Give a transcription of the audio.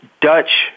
Dutch